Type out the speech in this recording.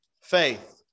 faith